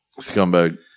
Scumbag